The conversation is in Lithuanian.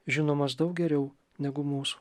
žinomas daug geriau negu mūsų